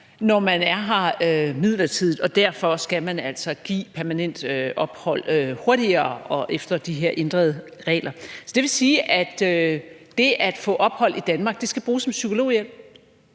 når man er her midlertidigt, og derfor skal man altså give permanent ophold hurtigere og efter de her ændrede regler. Så det vil sige, at det at få ophold i Danmark skal bruges som psykologhjælp.